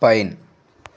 pine